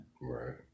Right